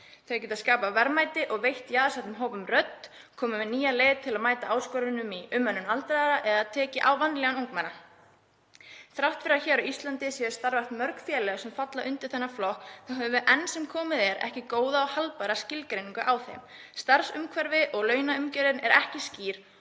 Þau geta skapað verðmæti og veitt jaðarsettum hópum rödd, komið með nýjar leiðir til að mæta áskorunum í umönnun aldraðra eða tekið á vanlíðan ungmenna. Þrátt fyrir að hér á Íslandi séu starfrækt mörg félög sem falla undir þennan flokk höfum við enn sem komið er ekki góða og haldbæra skilgreiningu á þeim. Starfsumhverfið og launaumgjörðin eru ekki skýr